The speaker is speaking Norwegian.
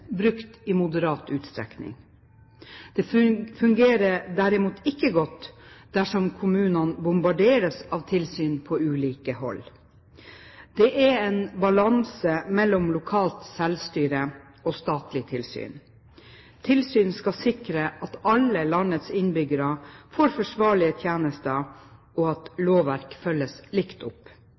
brukt i moderat utstrekning. Det fungerer derimot ikke godt dersom kommunene bombarderes av tilsyn på ulike hold. Det er en balanse mellom lokalt selvstyre og statlig tilsyn. Tilsyn skal sikre at alle landets innbyggere får forsvarlige tjenester, og at lovverket følges likt opp.